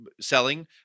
selling